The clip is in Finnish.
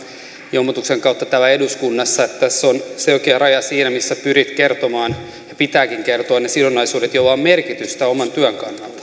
ilmoituksen kautta täällä eduskunnassa että tässä on selkeä raja siinä missä pyrit kertomaan ja pitääkin kertoa ne sidonnaisuudet joilla on merkitystä oman työn kannalta mutta nyt